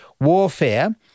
warfare